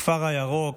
הכפר הירוק,